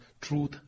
truth